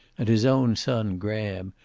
and his own son, graham,